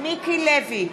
מיקי לוי,